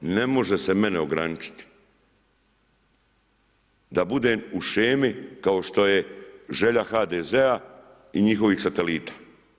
Ne može se mene ograničiti da budem u shemi kao što je želja HDZ-a i njihovih satelita.